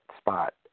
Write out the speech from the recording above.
spot